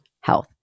health